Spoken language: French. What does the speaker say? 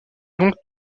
donc